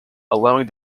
allowing